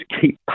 keep